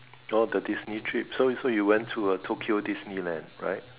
orh the Disney trip so you so you went to uh Tokyo Disneyland right